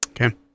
Okay